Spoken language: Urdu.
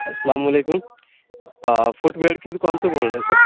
السلام علیکم فٹ ویئڑ کی دکان سے بول رہے ہیں سر